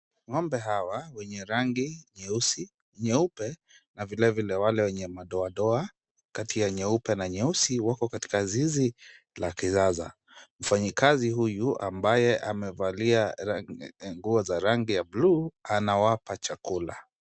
Ngo'mbe hawa wenye rangi nyeusi , nyuepe na vile vile wale wenye madoadoa kati ya nyeupe na nyeusi wako katika zizi la kisasa. Mfanyakazi huyu ambaye amevalia nguo za rangi bluu anawapa chakula .